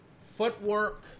footwork